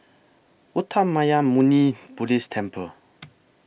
Uttamayanmuni Buddhist Temple